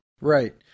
right